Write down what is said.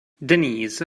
denise